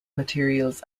materials